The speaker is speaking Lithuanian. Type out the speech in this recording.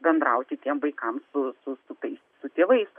bendrauti tiem vaikam su su tais su tėvais